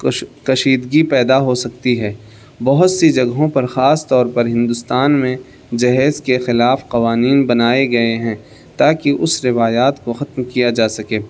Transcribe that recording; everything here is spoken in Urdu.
کش کشیدگی پیدا ہو سکتی ہے بہت سی جگہوں پر خاص طور پر ہندوستان میں جہیز کے خلاف قوانین بنائے گئے ہیں تا کہ اس روایات کو ختم کیا جا سکے